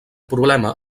problema